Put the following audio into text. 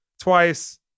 twice